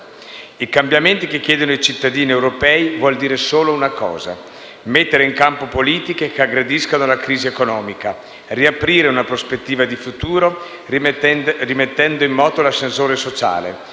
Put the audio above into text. Il cambiamento che chiedono i cittadini europei vuol dire solo una cosa: mettere in campo politiche che aggrediscano la crisi economica. Occorre pertanto: riaprire una prospettiva di futuro, rimettendo in moto l'ascensore sociale;